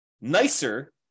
nicer